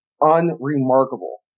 unremarkable